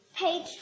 Page